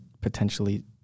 potentially